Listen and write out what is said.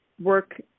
work